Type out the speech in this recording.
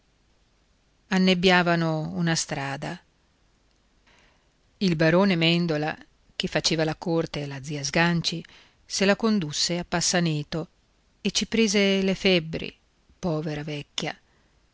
denari annebbiavano una strada il barone mèndola che faceva la corte alla zia sganci se la condusse a passaneto e ci prese le febbri povera vecchia